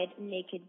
naked